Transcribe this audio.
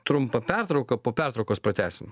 trumpą pertrauką po pertraukos pratęsim